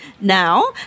now